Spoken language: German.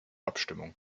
abstimmung